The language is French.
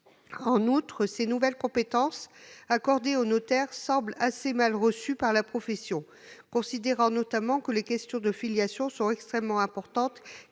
En outre, les nouvelles compétences accordées aux notaires semblent assez mal reçues par la profession elle-même, qui considère notamment que les questions de filiation sont extrêmement importantes,